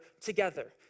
together